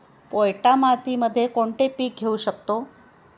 पोयटा मातीमध्ये कोणते पीक घेऊ शकतो?